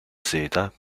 seta